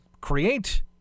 create